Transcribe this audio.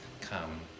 come